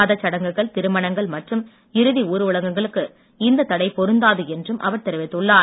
மதச் சடங்குகள் திருமணங்கள் மற்றும் இறுதி ஊர்வலங்களுக்கு இந்தத் தடை பொருந்தாது என்றும் அவர் தெரிவித்துள்ளார்